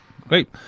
great